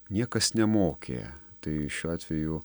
niekas nemokė tai šiuo atveju